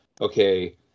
okay